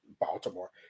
Baltimore